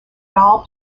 dahl